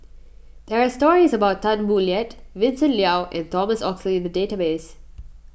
there are stories about Tan Boo Liat Vincent Leow and Thomas Oxley in the database